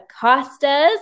Costas